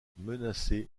menacé